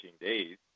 days